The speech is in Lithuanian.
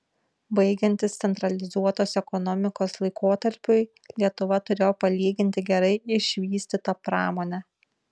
baigiantis centralizuotos ekonomikos laikotarpiui lietuva turėjo palyginti gerai išvystytą pramonę